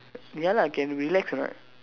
ya lah can relax right